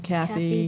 Kathy